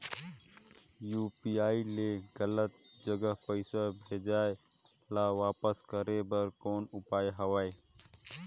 UPI ले गलत जगह पईसा भेजाय ल वापस करे बर कौन उपाय हवय?